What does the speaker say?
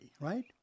Right